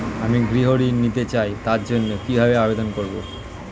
আমি গৃহ ঋণ নিতে চাই তার জন্য কিভাবে আবেদন করব?